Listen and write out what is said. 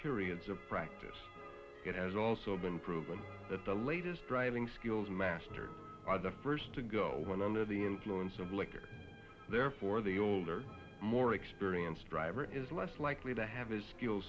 periods of practice it has also been proven that the latest driving skills mastered the first to go under the influence of liquor therefore the older more experienced driver is less likely to have his skills